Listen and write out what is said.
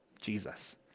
Jesus